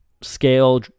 scale